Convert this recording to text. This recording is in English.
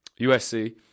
USC